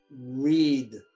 read